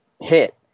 hit